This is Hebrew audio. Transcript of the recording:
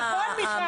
נכון, מיכל?